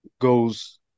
goes